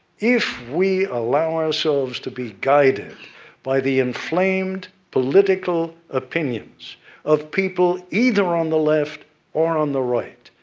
if we allow ourselves to be guided by the inflamed political opinions of people, either on the left or on the right,